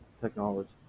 technology